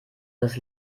das